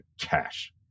cash